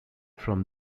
from